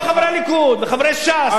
כל חברי הליכוד וחברי ש"ס,